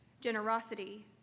generosity